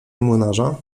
młynarza